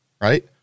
right